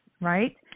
right